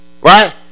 right